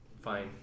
fine